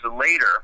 later